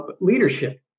leadership